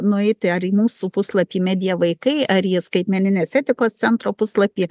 nueiti ar į mūsų puslapį media vaikai ar į skaitmeninės etikos centro puslapį